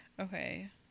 Okay